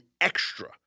extra